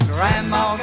Grandma